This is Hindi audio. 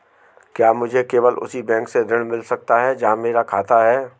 क्या मुझे केवल उसी बैंक से ऋण मिल सकता है जहां मेरा खाता है?